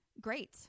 great